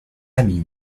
amis